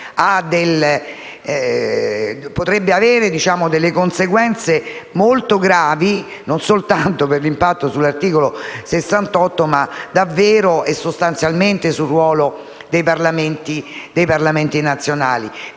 potrebbe avere conseguenze molto gravi, non solo per l'impatto sull'articolo 68 della Costituzione, ma davvero e sostanzialmente sul ruolo dei Parlamenti nazionali.